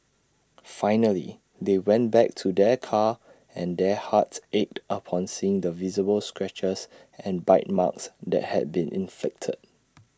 finally they went back to their car and their hearts ached upon seeing the visible scratches and bite marks that had been inflicted